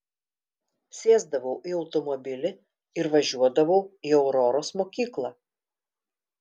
sėsdavau į automobilį ir važiuodavau į auroros mokyklą